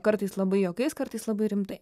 kartais labai juokais kartais labai rimtai